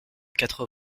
quatre